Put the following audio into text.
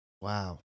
Wow